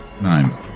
Nine